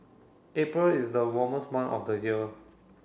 April is the warmest month of the year